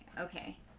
okay